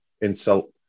insult